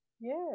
Yes